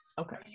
Okay